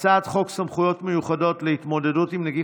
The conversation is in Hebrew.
ההצעה להעביר את הצעת חוק הנכים (תגמולים ושיקום) (תיקון,